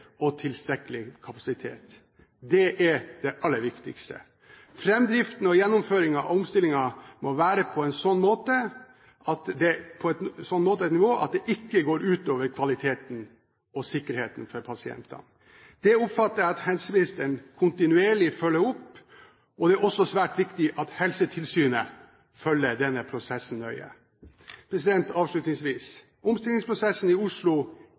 og tilstrekkelig kapasitet. Det er det aller viktigste. Framdriften og gjennomføringen av omstillingen må være på et slikt nivå at det ikke går ut over kvaliteten og sikkerheten for pasientene. Det oppfatter jeg at helseministeren kontinuerlig følger opp, og det er også svært viktig at Helsetilsynet følger denne prosessen nøye. Avslutningsvis: Omstillingsprosessen i Oslo